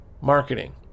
marketing